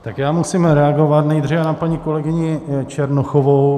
Tak já musím reagovat nejdříve na paní kolegyni Černochovou.